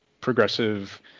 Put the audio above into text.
progressive